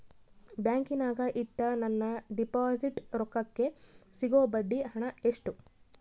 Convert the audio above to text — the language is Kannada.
ಬ್ಯಾಂಕಿನಾಗ ಇಟ್ಟ ನನ್ನ ಡಿಪಾಸಿಟ್ ರೊಕ್ಕಕ್ಕೆ ಸಿಗೋ ಬಡ್ಡಿ ಹಣ ಎಷ್ಟು?